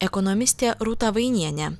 ekonomistė rūta vainienė